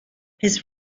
his